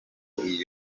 indirimbo